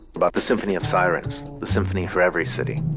about the symphony of sirens, the symphony for every city